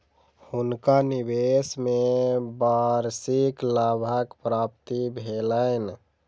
हुनका निवेश में वार्षिक लाभक प्राप्ति भेलैन